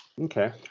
Okay